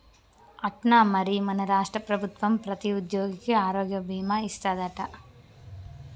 అట్నా మరి మన రాష్ట్ర ప్రభుత్వం ప్రతి ఉద్యోగికి ఆరోగ్య భీమా ఇస్తాదట